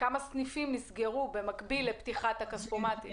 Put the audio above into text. צריך גם לדעת כמה סניפים נסגרו במקביל לפתיחת הכספומטים.